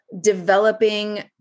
developing